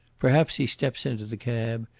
perhaps he steps into the cab,